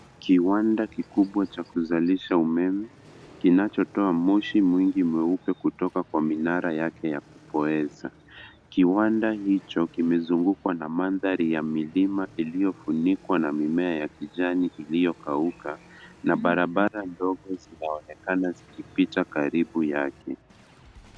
Kiwandakikubwa Cha kuzalisha umeme kinachotoa moshi meupe kutoka kwenye minara yake ya kupoeza. Kiwa da hicho kimezungukwa na mandari ya iliyozungukwa na